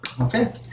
Okay